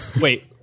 wait